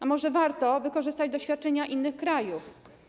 A może warto wykorzystać doświadczenia innych krajów?